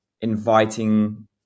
inviting